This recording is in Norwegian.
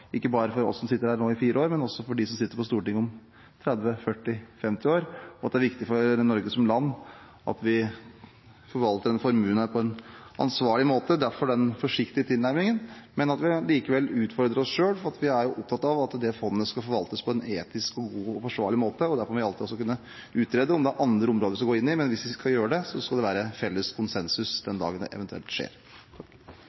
ikke bare for oss som sitter her i fire år, men også for dem som sitter på Stortinget om 30–40–50 år. Det er viktig for Norge som land at vi forvalter denne formuen på en ansvarlig måte – derfor den forsiktige tilnærmingen – men at vi likevel utfordrer oss selv, fordi vi er opptatt av at fondet skal forvaltes på en etisk god og forsvarlig måte. Derfor må vi alltid kunne utrede om det er andre områder vi skal gå inn i, men hvis vi skal gjøre det, skal det være konsensus den dagen det eventuelt skjer. Takk